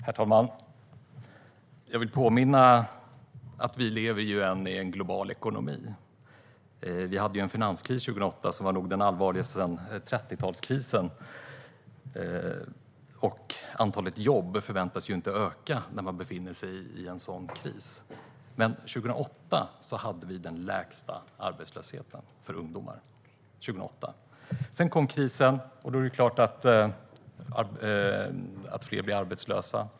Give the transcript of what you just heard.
Herr talman! Jag vill påminna om att vi lever i en global ekonomi. Vi hade en finanskris 2008 som nog var den allvarligaste sedan 30-talskrisen. Antalet jobb förväntas inte öka när man befinner sig i en sådan kris. År 2008 hade vi den lägsta arbetslösheten för ungdomar. Sedan kom krisen, och då är det klart att fler blir arbetslösa.